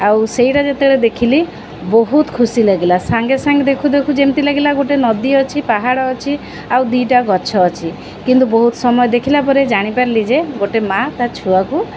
ଆଉ ସେଇଟା ଯେତେବେଳେ ଦେଖିଲି ବହୁତ ଖୁସି ଲାଗିଲା ସାଙ୍ଗେ ସାଙ୍ଗେ ଦେଖୁ ଦେଖୁ ଯେମିତି ଲାଗିଲା ଗୋଟେ ନଦୀ ଅଛି ପାହାଡ଼ ଅଛି ଆଉ ଦୁଇଟା ଗଛ ଅଛି କିନ୍ତୁ ବହୁତ ସମୟ ଦେଖିଲା ପରେ ଜାଣିପାରିଲି ଯେ ଗୋଟେ ମା' ତା' ଛୁଆକୁ